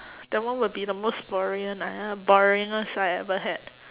that one will be the most boring one ah boringest I ever had